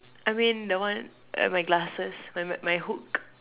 I mean the one uh my glasses my my my hook